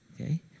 Okay